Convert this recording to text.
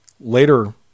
later